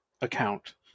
account